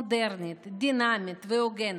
מודרנית, דינמית והוגנת,